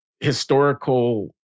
historical